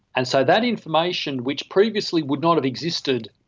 and so that information, which previously would not have existed,